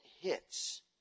hits